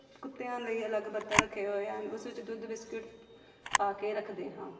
ਕੁੱਤਿਆਂ ਲਈ ਅਲੱਗ ਬਰਤਨ ਰੱਖੇ ਹੋਏ ਹਨ ਉਸ ਵਿੱਚ ਦੁੱਧ ਬਿਸਕਿਟ ਪਾ ਕੇ ਰੱਖਦੇ ਹਾਂ